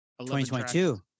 2022